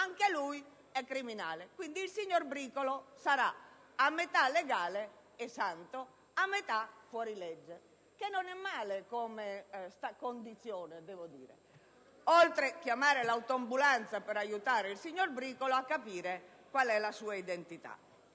sarà pure criminale. Quindi, il signor Bricolo sarà a metà legale e santo, a metà fuorilegge, che non è male come condizione, salvo poi dover chiamare l'autoambulanza per aiutare il signor Bricolo a capire qual è la sua identità.